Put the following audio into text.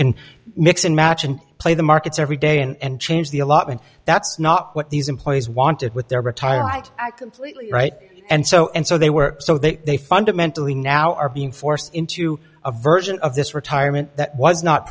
can mix and match and play the markets every day and change the allotment that's not what these employees wanted with their retirement act right and so and so they were so that they fundamentally now are being forced into a version of this retirement that was not